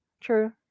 True